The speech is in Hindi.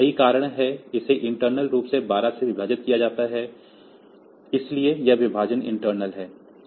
यही कारण है कि इसे इंटर्नल रूप से 12 से विभाजित किया जाता है इसलिए यह विभाजन इंटर्नल है